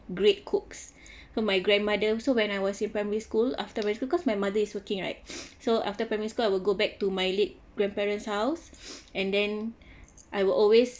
great cooks my grandmother so when I was in primary school after my school because my mother is working right so after primary school I will go back to my late grandparents house and then I will always